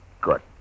Good